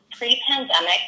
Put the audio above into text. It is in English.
Pre-pandemic